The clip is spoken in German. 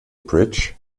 bridge